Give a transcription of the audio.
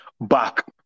back